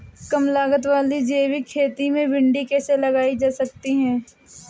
कम लागत वाली जैविक खेती में भिंडी कैसे लगाई जा सकती है?